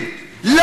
כל כך מתפעל?